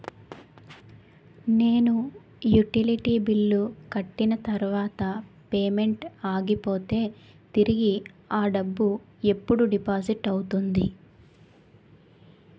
నేను utility bill కట్టిన తర్వాత పేమెంట్ ఆగిపోతే తిరిగి అ డబ్బు ఎప్పుడు డిపాజిట్ అవుతుంది?